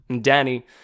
Danny